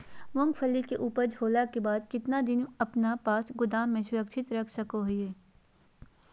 मूंगफली के ऊपज होला के बाद कितना दिन अपना पास गोदाम में सुरक्षित रख सको हीयय?